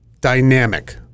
dynamic